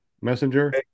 messenger